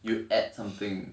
you add something